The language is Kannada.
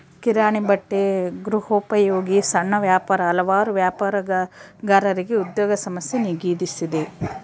ಕಿರಾಣಿ ಬಟ್ಟೆ ಗೃಹೋಪಯೋಗಿ ಸಣ್ಣ ವ್ಯಾಪಾರ ಹಲವಾರು ವ್ಯಾಪಾರಗಾರರಿಗೆ ಉದ್ಯೋಗ ಸಮಸ್ಯೆ ನೀಗಿಸಿದೆ